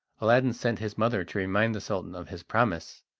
aladdin sent his mother to remind the sultan of his promise.